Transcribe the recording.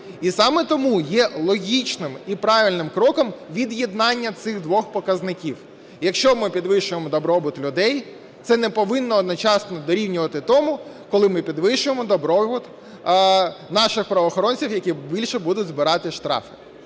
і саме тому є логічним і правильним кроком від'єднання цих двох показників. Якщо ми підвищуємо добробут людей – це не повинно одночасно дорівнювати тому, коли ми підвищуємо добробут наших правоохоронців, які більше будуть збирати штрафи.